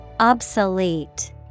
Obsolete